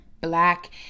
black